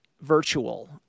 virtual